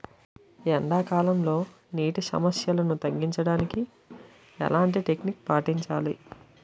ఎండా కాలంలో, నీటి సమస్యలను తగ్గించడానికి ఎలాంటి టెక్నిక్ పాటించాలి?